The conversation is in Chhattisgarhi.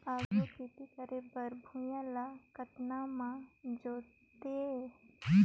आघु खेती करे बर भुइयां ल कतना म जोतेयं?